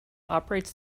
operates